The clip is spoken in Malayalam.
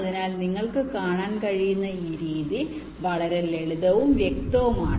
അതിനാൽ നിങ്ങൾക്ക് കാണാൻ കഴിയുന്ന ഈ രീതി വളരെ ലളിതവും വ്യക്തവുമാണ്